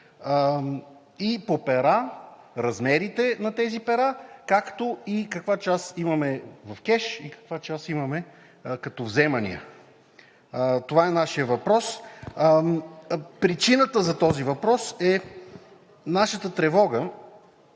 по пера, размерите на тези пера, както каква част имаме в кеш и каква част имаме като вземания. Това е нашият въпрос. Причината за този въпрос е нашата тревога,